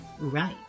right